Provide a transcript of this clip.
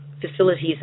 facilities